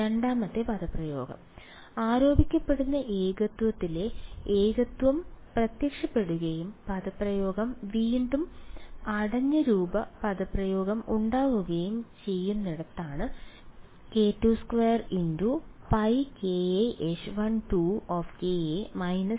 രണ്ടാമത്തെ പദപ്രയോഗം ആരോപിക്കപ്പെടുന്ന ഏകത്വത്തിലെ ഏകത്വം പ്രത്യക്ഷപ്പെടുകയും പദപ്രയോഗം വീണ്ടും അടഞ്ഞ രൂപ പദപ്രയോഗം ഉണ്ടാവുകയും ചെയ്യുന്നിടത്താണ് k22πkaH1 − 2j